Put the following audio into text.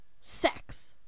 sex